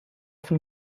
von